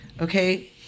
Okay